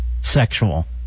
Sexual